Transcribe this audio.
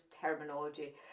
terminology